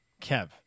Kev